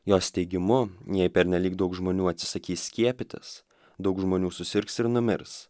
jos teigimu jei pernelyg daug žmonių atsisakys skiepytis daug žmonių susirgs ir numirs